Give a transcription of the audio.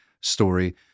story